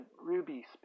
ruby